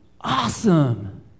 Awesome